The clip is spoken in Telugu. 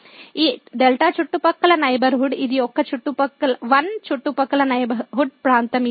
కాబట్టి ఈ δ చుట్టుపక్కల నైబర్హుడ్ ఇది 1 చుట్టుపక్కల నైబర్హుడ్ ప్రాంతం ఇది